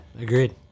agreed